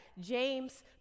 James